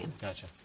Gotcha